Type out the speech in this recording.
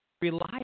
reliable